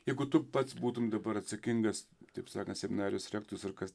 jeigu tu pats būtum dabar atsakingas taip sakant seminarijos rektorius ar kas